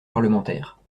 parlementaire